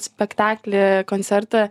spektaklį koncertą